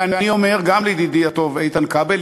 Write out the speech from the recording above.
ואני אומר גם לידידי הטוב איתן כבל,